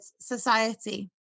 society